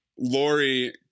lori